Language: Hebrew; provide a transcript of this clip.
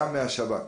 גם מהשב"כ.